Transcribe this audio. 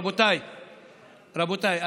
רבותיי,